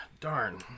Darn